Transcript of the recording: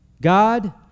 God